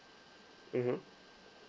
mmhmm